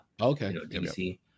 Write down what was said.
okay